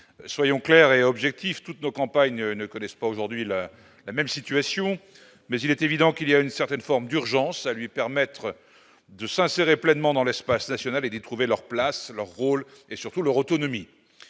soyons clairs et objectifs toutes nos campagnes ne connaissent pas aujourd'hui la la même situation, mais il est évident qu'il y a une certaine forme d'urgence à lui permettre de s'insérer pleinement dans l'espace national et de trouver leur place, leur rôle et surtout leur autonomie,